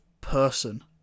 person